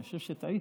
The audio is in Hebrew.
אני חושב שטעיתם.